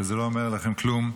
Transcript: שזה לא אומר לכם כלום,